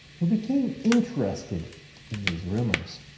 who became interested in these rumors.